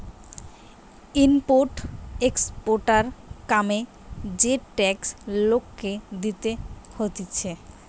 import exporter কামে যে tax লোককে দিতে হতিছে